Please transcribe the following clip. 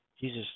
Jesus